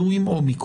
והוא עם אומיקרון,